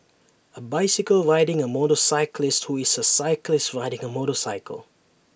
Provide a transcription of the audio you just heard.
A bicycle riding A motorcyclist who is A cyclist riding A motorcycle